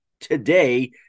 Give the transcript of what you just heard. today